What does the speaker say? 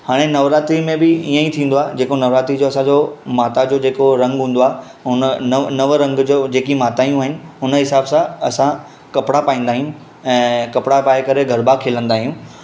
हाणे नवरात्रि में बि इएं ई थींदो आहे जेको नवरात्रि जो असांजो माताजो जेको रंगु हूंदो आहे हुन नव नव रंग जो जेकी माताजूं आहिनि हुन हिसाबु सा असां कपिड़ा पाईंदा आहियूं ऐं कपिड़ा पाए करे गरबा खेलंदा आहियूं